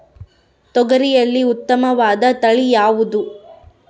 ತೊಗರಿಯಲ್ಲಿ ಉತ್ತಮವಾದ ತಳಿ ಯಾವುದು?